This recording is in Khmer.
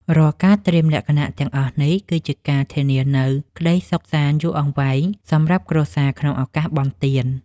រាល់ការត្រៀមលក្ខណៈទាំងអស់នេះ គឺជាការធានានូវក្តីសុខសាន្តយូរអង្វែងសម្រាប់គ្រួសារក្នុងឱកាសបុណ្យទាន។